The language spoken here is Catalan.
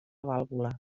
vàlvula